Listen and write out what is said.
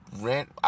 rent